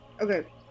Okay